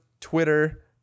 Twitter